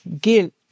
guilt